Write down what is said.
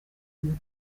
nari